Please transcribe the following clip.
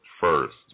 first